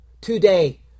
today